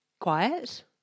quiet